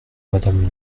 madame